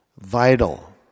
vital